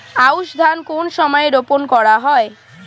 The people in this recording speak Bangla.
আউশ ধান কোন সময়ে রোপন করা হয়?